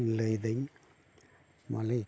ᱞᱟᱹᱭᱫᱟᱹᱧ ᱢᱟᱞᱤᱠ